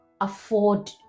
afford